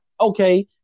Okay